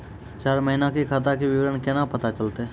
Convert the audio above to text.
चार महिना के खाता के विवरण केना पता चलतै?